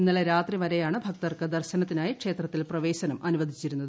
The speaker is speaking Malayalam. ഇന്നലെ രാത്രിവരെയാണ് ഭക്തർക്ക് ദർശനത്തിനായി ക്ഷേത്ര ത്തിൽ പ്രവേശനം അനുവദിച്ചിരുന്നത്